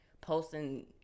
posting